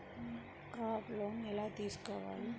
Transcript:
Crop loan ఎలా తీసుకోవాలి?